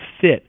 fit